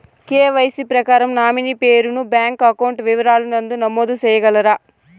KYC ప్రకారం nominee పేరు ను బ్యాంకు అకౌంట్ వివరాల నందు నమోదు సేయగలరా?